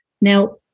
now